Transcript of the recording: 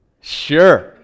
sure